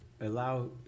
allow